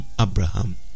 Abraham